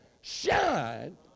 shine